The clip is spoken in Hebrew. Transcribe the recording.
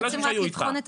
לא לאנשים שהיו איתך.